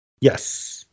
Yes